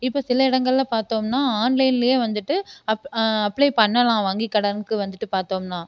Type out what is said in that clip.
இப்போ சில இடங்கள்ல பார்த்தோம்னா ஆன்லைன்லேயே வந்துட்டு அப் அப்ளே பண்ணலாம் வங்கி கடனுக்கு வந்துட்டு பார்த்தோம்னா